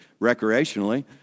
recreationally